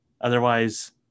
otherwise